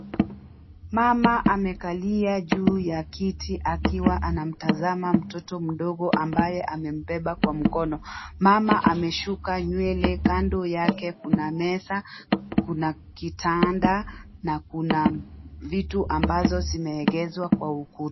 Mama amekalia juu ya kiti akiwa anamtazama mtoto mdogo ambaye amenbeba kwa mkono. Mama ameshuka nywele kando yake kuna meza, kuna kitanda, na kuna vitu ambazo sinaegezwa kwa ukuta.